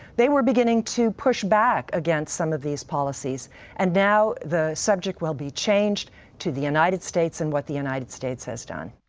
they were beginning to push back against some of these policies and now the subject will be changed to the united states and what the united states has done.